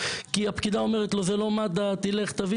כי הפקידה אומרת לו שזה לא מד"א אז תלך ותביא